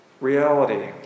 reality